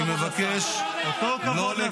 אני לא מפריע, אני מבקש לא לקרקר.